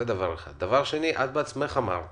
את בעצמך אמרת